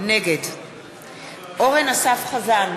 נגד אורן אסף חזן,